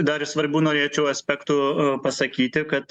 dar svarbu norėčiau aspektu pasakyti kad